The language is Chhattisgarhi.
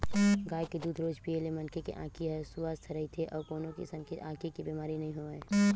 गाय के दूद रोज पीए ले मनखे के आँखी ह सुवस्थ रहिथे अउ कोनो किसम के आँखी के बेमारी नइ होवय